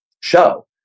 show